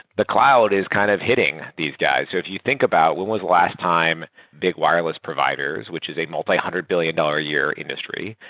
the cloud is kind of hitting these guys. if you think about when was the last time big wireless providers, which is a multi-hundred billion dollars a year industry,